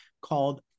called